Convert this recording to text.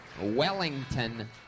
Wellington